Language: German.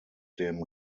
dem